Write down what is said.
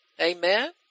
amen